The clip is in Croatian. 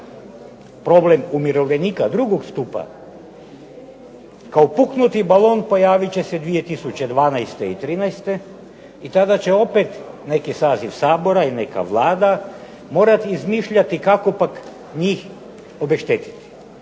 Problem umirovljenika drugog stupa, kao puknuti balon pojavit će se 2012. i 2013. i tada će opet neki saziv Sabora i neka Vlada morati izmišljati kako pak njih obeštetiti,